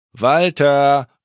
Walter